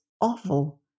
awful